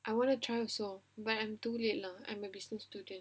I want to try also but I'm too late lah I'm a business student